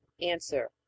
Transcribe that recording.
Answer